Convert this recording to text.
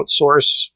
outsource